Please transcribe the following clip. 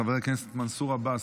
חבר הכנסת מנסור עבאס,